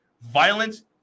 Violence